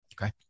Okay